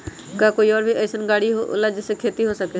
का कोई और भी अइसन और गाड़ी होला जे से खेती हो सके?